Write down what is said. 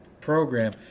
program